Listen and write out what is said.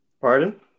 Pardon